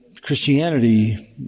Christianity